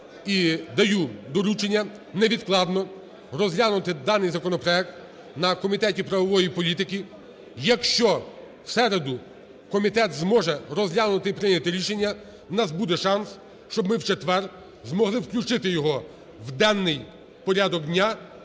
даю доручення невідкладно розглянути даний законопроект на Комітеті правової політики. Якщо у середу комітет зможе розглянути і прийняти рішення, у нас буде шанс, щоб ми у четвер змогли включити його в денний порядок дня